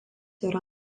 yra